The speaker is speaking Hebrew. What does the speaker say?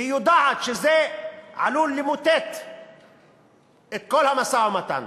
כשהיא יודעת שזה עלול למוטט את כל המשא-ומתן.